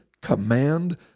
command